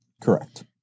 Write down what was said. Correct